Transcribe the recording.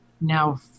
now